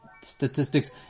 statistics